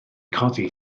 codi